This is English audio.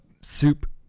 soup